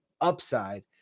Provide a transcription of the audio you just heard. upside